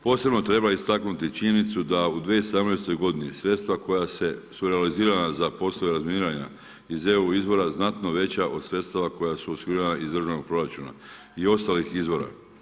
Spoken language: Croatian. Posebno treba istaknuti činjenicu da u 2017. g. sredstva koja su realizirana za poslove razminiranja iz EU izvora, znatno veća od sredstva koja su osigurana iz državnog proračuna i ostalih izvora.